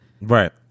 right